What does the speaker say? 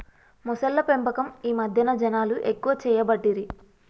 మొసళ్ల పెంపకం ఈ మధ్యన జనాలు ఎక్కువ చేయబట్టిరి